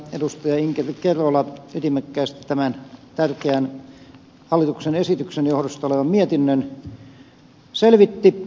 inkeri kerola selvitti ytimekkäästi tämän tärkeän hallituksen esityksen johdosta olevan mietinnön